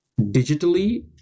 digitally